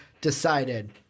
decided